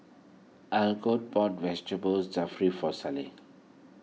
Algot bought Vegetable Jalfrezi for